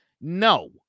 No